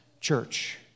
church